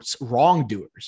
wrongdoers